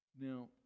Now